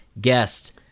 guest